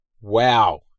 Wow